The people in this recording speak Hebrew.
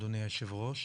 אדוני היו"ר.